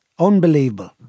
Unbelievable